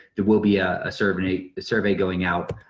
there will be a survey survey going out,